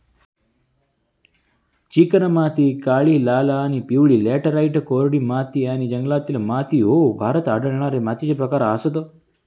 चिकणमाती, काळी, लाल आणि पिवळी लॅटराइट, कोरडी माती आणि जंगलातील माती ह्ये भारतात आढळणारे मातीचे प्रकार आसत